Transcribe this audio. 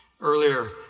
Earlier